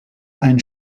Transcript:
ein